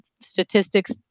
statistics